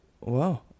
Wow